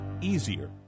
easier